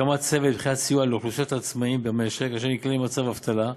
הקמת צוות לבחינת סיוע לאוכלוסיית העצמאים במשק אשר נקלעים למצב אבטלה,